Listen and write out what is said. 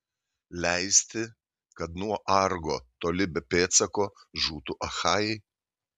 leisti kad nuo argo toli be pėdsako žūtų achajai